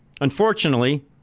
Unfortunately